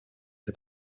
est